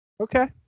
Okay